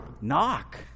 knock